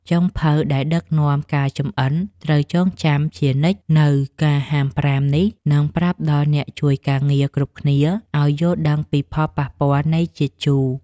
ចុងភៅដែលដឹកនាំការចម្អិនត្រូវចងចាំជានិច្ចនូវការហាមប្រាមនេះ និងប្រាប់ដល់អ្នកជួយការងារគ្រប់គ្នាឱ្យយល់ដឹងពីផលប៉ះពាល់នៃជាតិជូរ។